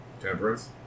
Temperance